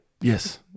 Yes